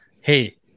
hey